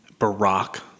Barack